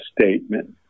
statement